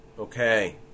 Okay